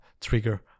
trigger